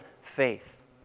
faith